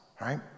right